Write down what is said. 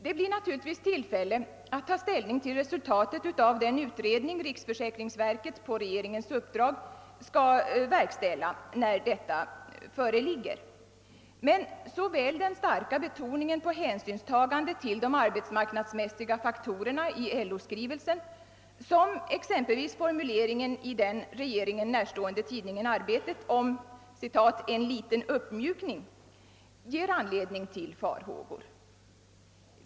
Det blir naturligtvis tillfälle att ta ställning till resultatet av den utredning riksförsäkringsverket på regeringens uppdrag skall verkställa när detta föreligger. Men såväl den starka betoningen på hänsynstagandet till de »arbetsmarknadsmässiga faktorerna» i LO skrivelsen som exempelvis formuleringen i den regeringen närstående tidningen Arbetet om »en liten uppmjukning» ger anledning till farhågor.